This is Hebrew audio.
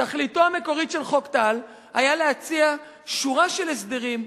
תכליתו המקורית של חוק טל היתה להציע שורה של הסדרים,